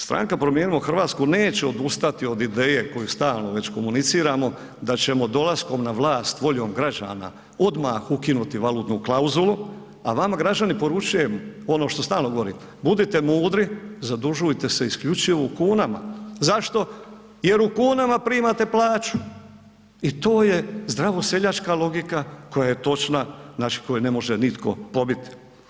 Stranka promijenimo Hrvatsku neće odustati od ideje koju stalno već komuniciramo da ćemo dolaskom na vlast voljom građana odmah ukinuti valutnu klauzulu, a vama građani poručujem, ono što stalno govorim, budite mudri, zadužujte se isključivo u kunama, zašto, jer u kunama primate plaću i to je zdravo seljačka logika koja je točna, znači koju ne može nitko pobit.